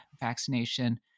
vaccination